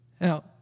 Now